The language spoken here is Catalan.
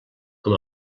com